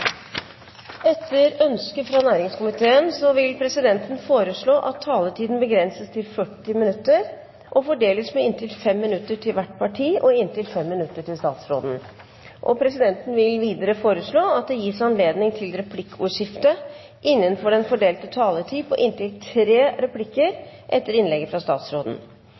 Etter ønske fra næringskomiteen vil presidenten foreslå at taletiden begrenses til 40 minutter og fordeles med inntil 5 minutter til hvert parti og inntil 5 minutter til statsråden. Videre vil presidenten foreslå at det gis anledning til replikkordskifte på inntil tre replikker med svar etter innlegg fra statsråden innenfor den fordelte taletid.